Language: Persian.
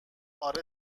آره